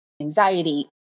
anxiety